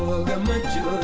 going to go